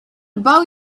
about